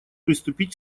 приступить